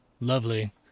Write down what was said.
Lovely